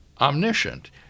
omniscient